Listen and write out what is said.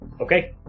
Okay